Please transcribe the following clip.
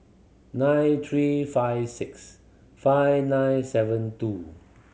nine three five six five nine seven two